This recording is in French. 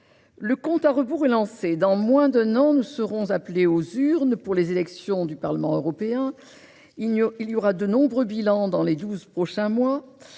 le compte à rebours est lancé : dans moins d'un an, nous serons appelés aux urnes pour les élections du Parlement européen. Bien des bilans seront dressés dans les douze prochains mois.